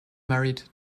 married